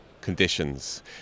conditions